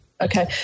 Okay